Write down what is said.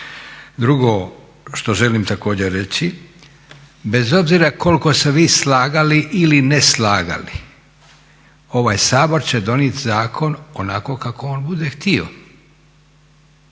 Drugo što želim također reći, bez obzira koliko se vi slagali ili ne slagali, ovaj Sabor će donijeti zakon onako kako on bude htio.